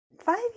five